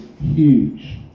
huge